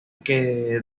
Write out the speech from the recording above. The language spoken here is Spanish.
que